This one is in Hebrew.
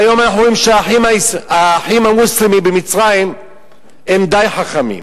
והיום אנחנו רואים ש"האחים המוסלמים" במצרים הם די חכמים.